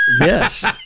Yes